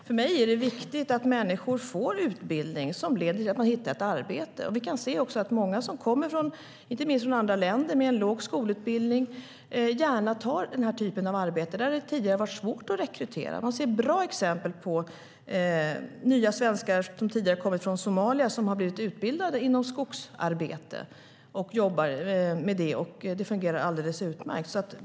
För mig är det viktigt att människor får utbildning som leder till att de hittar ett arbete, och vi kan också se att många som kommer, inte minst från andra länder med en låg skolutbildning, gärna tar den här typen av arbete där det tidigare har varit svårt att rekrytera. Vi ser bra exempel på nya svenskar som kommit från Somalia som har blivit utbildade inom skogsarbete och jobbar med det, och det fungerar alldeles utmärkt.